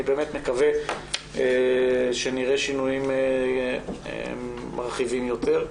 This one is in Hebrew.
באמת מקווה שנראה שינויים מרחיבים יותר.